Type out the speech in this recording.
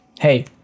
Hey